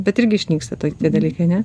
bet irgi išnyksta tai dalykai ne